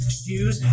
shoes